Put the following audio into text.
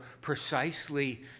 precisely